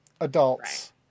adults